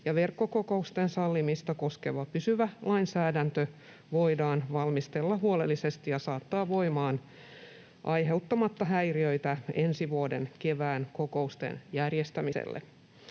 verkkokokousten sallimista koskeva pysyvä lainsäädäntö voidaan valmistella huolellisesti ja saattaa voimaan aiheuttamatta häiriöitä ensi vuoden kevään kokousten järjestämiseen.